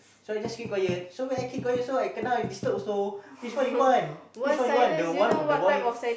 so I just keep quiet so when I keep quiet so I kena disturb also which one you one which one you want the one with the annoying